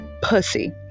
pussy